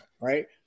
right